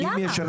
למה?